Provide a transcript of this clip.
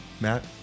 Matt